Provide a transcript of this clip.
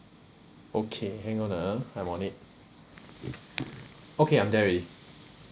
okay hang on ah I'm on it okay I'm there already